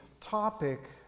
topic